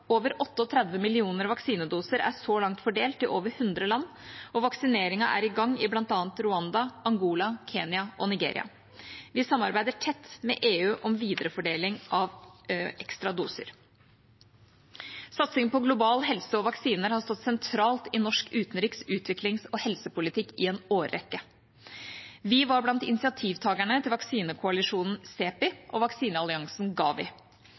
Over 38 millioner vaksinedoser er så langt fordelt til over 100 land, og vaksineringen er i gang i bl.a. Rwanda, Angola, Kenya og Nigeria. Vi samarbeider tett med EU om viderefordeling av ekstra doser. Satsing på global helse og vaksiner har stått sentralt i norsk utenriks-, utviklings- og helsepolitikk i en årrekke. Vi var blant initiativtakerne til vaksinekoalisjonen CEPI og vaksinealliansen